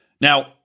Now